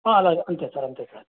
అలాగే అంతే సార్ అంతే సార్